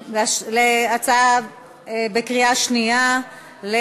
להצבעה בקריאה שנייה על